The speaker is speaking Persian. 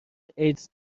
ایدز